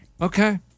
Okay